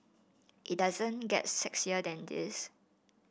it doesn't get sexier than this